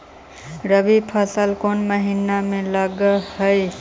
रबी फसल कोन महिना में लग है?